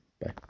Bye